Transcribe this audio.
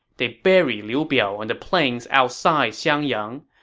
they buried liu biao on the plains outside xiangyang,